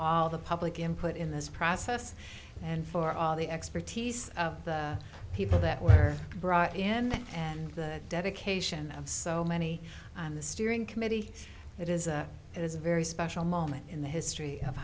all the public input in this process and for all the expertise of people that were brought in and the dedication of so many on the steering committee it is a it is a very special moment in the history of